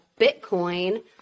Bitcoin